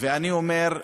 ואני אומר: